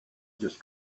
just